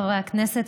חברי הכנסת,